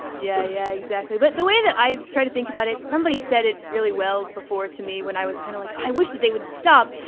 yeah yeah, exactly. but the way that i try to think about it, somebody said it really well before to me when i was kind of like, i wish that they would stop.